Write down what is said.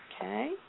Okay